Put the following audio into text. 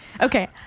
Okay